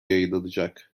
yayınlanacak